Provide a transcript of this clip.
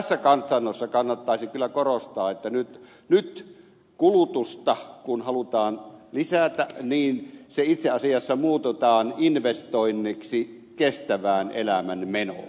tässä katsannossa kannattaisi kyllä korostaa että kun nyt kulutusta halutaan lisätä niin se itse asiassa muutetaan investoinniksi kestävään elämänmenoon